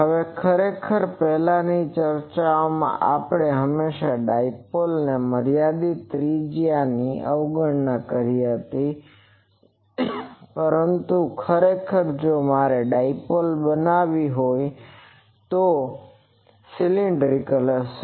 હવે ખરેખર પહેલાંની ચર્ચાઓમાં આપણે હંમેશા ડાઇપોલની મર્યાદિત ત્રિજ્યાની અવગણના કરી હતી પરંતુ ખરેખર જો મારે ડાઇપોલ બનાવવી હોય તો તે સિલિન્ડર હશે